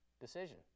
decision